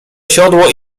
siodło